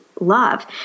love